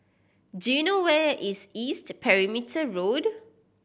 do you know where is East Perimeter Road